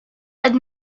and